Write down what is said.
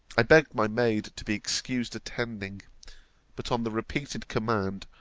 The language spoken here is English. i begged my maid to be excused attending but on the repeated command,